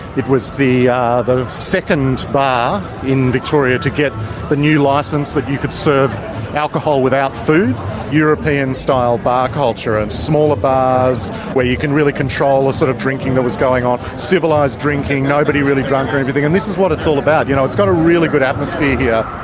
it was the ah the second bar in victoria to get the new licence that you could serve alcohol without food european-style bar culture, and smaller bars where you can really control the sort of drinking that was going on civilised drinking, nobody really drunk or anything. and this is what it's all about, you know? it's got a really good atmosphere yeah